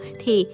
thì